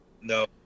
No